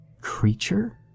creature